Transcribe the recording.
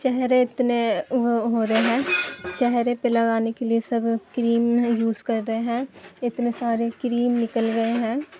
چہرے اتنے ہو رہے ہیں چہرے پہ لگانے کے لیے سب کریم یوز کر رہے ہیں اتنے سارے کریم نکل رہے ہیں